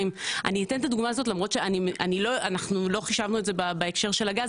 אני אתן את הדוגמה הזאת למרות שלא חישבנו את זה בהקשר של הגז,